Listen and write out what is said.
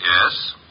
Yes